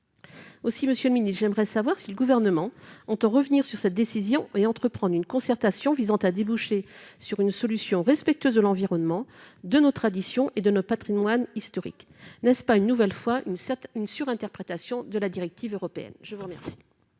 Aussi Monsieur le ministe, j'aimerais savoir si le gouvernement entend revenir sur cette décision et entreprendre une concertation visant à déboucher sur une solution respectueuse de l'environnement, de nos traditions et de notre Patrimoine historique n'est-ce pas une nouvelle fois une 7 une sur-interprétation de la directive européenne, je vous remercie.